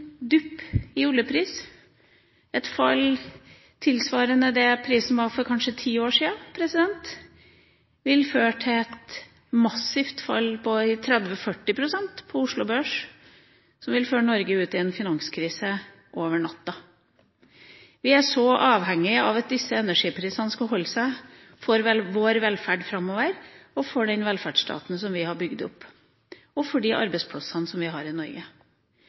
dupp i oljeprisen, et fall tilsvarende det prisen var for kanskje ti år siden, ville ført til et massivt fall på 30–40 pst. på Oslo Børs, noe som ville ført Norge ut i en finanskrise over natta. Så avhengige er vi av at disse energiprisene skal holde seg for vår velferd framover, for den velferdsstaten som vi har bygd opp, og for de arbeidsplassene som vi har i Norge.